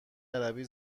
عربی